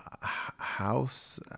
House